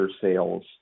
sales